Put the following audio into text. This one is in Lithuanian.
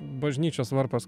bažnyčios varpas